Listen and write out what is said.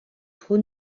trop